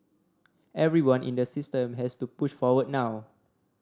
everyone in the system has to push forward now